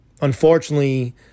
Unfortunately